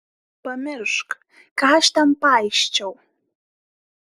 pamiršk ką aš ten paisčiau